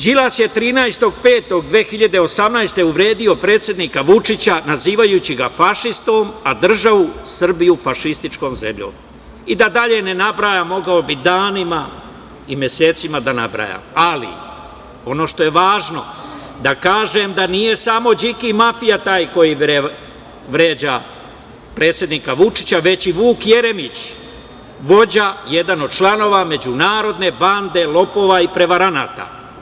Đilas je 13. maja 2018. godine uvredio predsednika Vučića nazivajući ga fašistom, a državu Srbiju fašističkom zemljom, i da dalje ne nabrajam mogao bi danima i mesecima da nabrajam, ali ono što je važno da kažem da nije samo Điki mafija taj koji vređa predsednika Vučića, već i Vuk Jeremić vođa, jedan od članova međunarodne bande lopova i prevaranata.